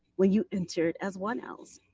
when you entered as one ls.